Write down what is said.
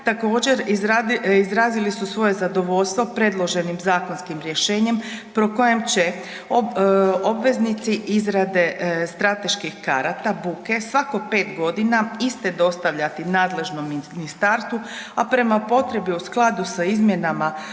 također izrazili su svoje zadovoljstvo predloženim zakonskim rješenjem po kojem će obveznici izrade strateških karata buke svako pet godina iste dostavljati nadležnom ministarstvu, a prema potrebi u skladu s izmjenama